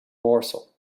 morsel